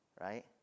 right